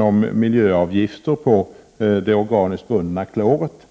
och miljöavgifter på det organiskt bundna kloret.